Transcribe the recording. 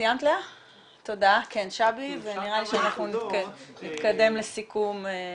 שבי ונראה לי שנתקדם לסיכום.